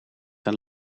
een